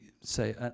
say